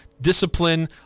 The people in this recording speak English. discipline